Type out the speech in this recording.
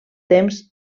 temps